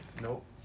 Nope